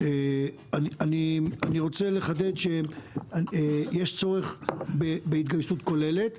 אני רוצה לחדד שיש צורך בהתגייסות כוללת,